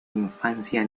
infancia